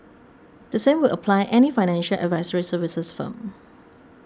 the same will apply any financial advisory services firm